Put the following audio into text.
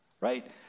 right